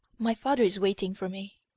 my father is waiting for me.